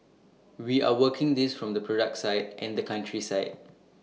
we are working this from the product side and the country side